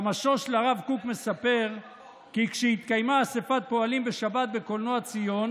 שמשו של הרב קוק מספר כי כשהתקיימה אספת פועלים בשבת בקולנוע ציון